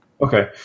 okay